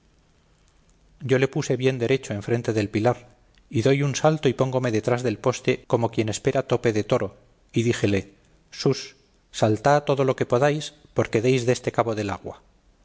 yo le puse bien derecho enfrente del pilar y doy un salto y póngome detrás del poste como quien espera tope de toro y díjele sus saltá todo lo que podáis porque deis deste cabo del agua